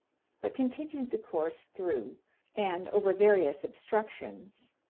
but continued the course through and over various obstructions,